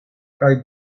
kaj